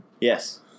yes